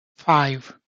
five